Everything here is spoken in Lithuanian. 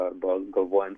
arba galvojant